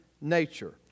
nature